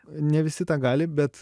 ne visi tą gali bet